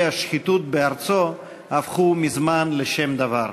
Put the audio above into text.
השחיתות בארצו הפכה מזמן לשם דבר.